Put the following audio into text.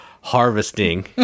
Harvesting